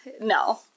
No